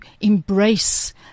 embrace